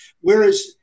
Whereas